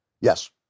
Yes